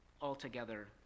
altogether